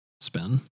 spin